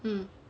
mm